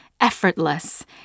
effortless